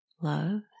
love